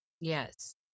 Yes